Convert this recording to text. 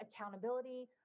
accountability